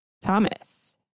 Thomas